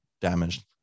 damaged